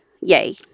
yay